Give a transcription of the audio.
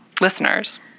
listeners